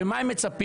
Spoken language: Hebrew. ומה הם מצפים?